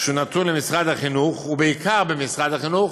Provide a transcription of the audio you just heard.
הנתון למשרד החינוך, ובעיקר במשרד החינוך,